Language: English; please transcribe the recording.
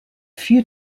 few